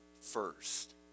first